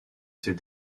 ses